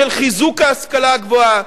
של חיזוק ההשכלה הגבוהה,